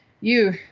You